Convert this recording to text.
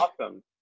Awesome